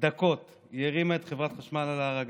דקות היא הרימה את חברת חשמל על הרגליים,